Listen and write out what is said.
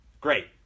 Great